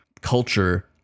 culture